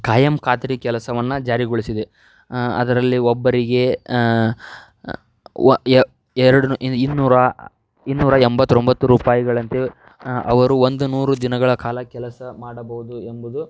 ಖಾಯಂ ಖಾತರಿ ಕೆಲಸವನ್ನು ಜಾರಿಗೊಳಿಸಿದೆ ಅದರಲ್ಲಿ ಒಬ್ಬರಿಗೆ ವ ಯ ಎರಡು ನೂ ಇನ್ನೂರ ಇನ್ನೂರ ಎಂಬತ್ತೊಂಬತ್ತು ರೂಪಾಯಿಗಳಂತೆ ಅವರು ಒಂದು ನೂರು ದಿನಗಳ ಕಾಲ ಕೆಲಸ ಮಾಡಬಹುದು ಎಂಬುದು